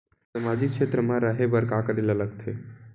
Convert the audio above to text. सामाजिक क्षेत्र मा रा हे बार का करे ला लग थे